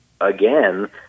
again